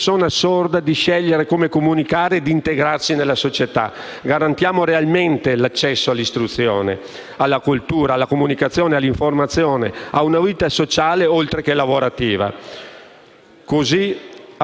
Così abbatteremo un «muro» che oggi divide la nostra società e, al contrario, costruiremo un «ponte» verso l'eguaglianza per garantire la pari dignità sociale e l'eguaglianza di tutti i cittadini. Forse